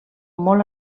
molt